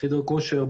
חדר כושר,